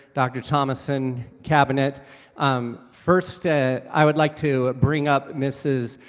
dr. thomason cabinet um first ah i would like to bring up. mrs.